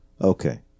Okay